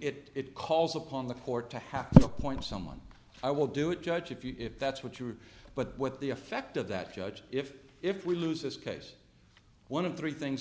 it calls upon the court to have appoint someone i will do it judge if you if that's what you are but what the effect of that judge if if we lose this case one of three things